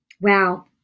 Wow